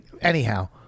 anyhow